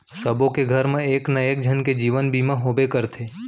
सबो घर मा एक ना एक झन के जीवन बीमा होबे करथे